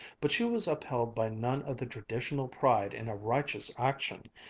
but she was upheld by none of the traditional pride in a righteous action,